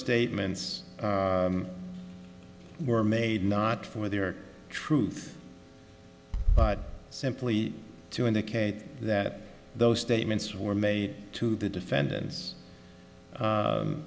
statements were made not for the or truth but simply to indicate that those statements were made to the defendant's